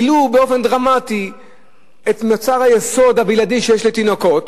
העלו באופן דרמטי את המחיר של מוצר היסוד הבלעדי שיש לתינוקות,